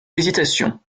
hésitation